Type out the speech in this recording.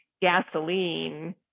gasoline